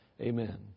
Amen